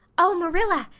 oh, marilla,